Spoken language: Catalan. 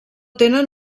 tenen